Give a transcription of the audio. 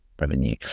revenue